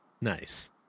Nice